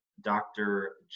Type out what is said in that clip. Dr